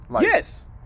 Yes